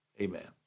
amen